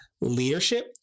leadership